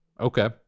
Okay